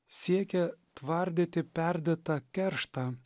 siekia tvardyti perdėtą kerštą